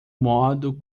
modo